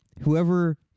Whoever